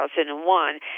2001